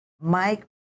Mike